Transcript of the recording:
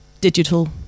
digital